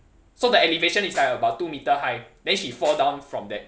so the elevation is like about two meter high then she fall down from that